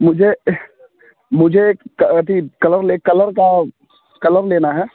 मुझे मुझे अथी कलर ले कलर का क़लम लेना है